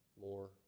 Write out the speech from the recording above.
more